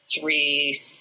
three